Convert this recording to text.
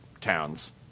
towns